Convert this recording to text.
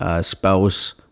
spouse